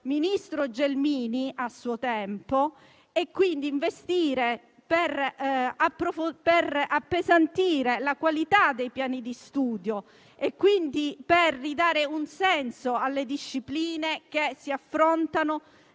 ministro Gelmini a suo tempo, investendo per approfondire la qualità dei piani di studio, per ridare un senso alle discipline che si affrontano